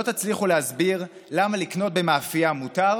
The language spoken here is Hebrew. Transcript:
לא תצליחו להסביר למה לקנות במאפייה מותר,